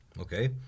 Okay